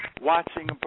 watching